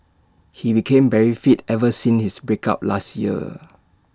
he became very fit ever since his break up last year